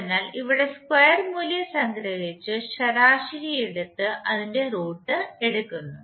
അതിനാൽ ഇവിടെ സ്ക്വയർ മൂല്യം സംഗ്രഹിച്ച് ശരാശരി എടുത്ത് പദത്തിന്റെ റൂട്ട് എടുക്കുന്നു